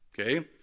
okay